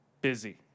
Busy